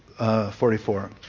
44